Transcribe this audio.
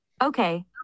okay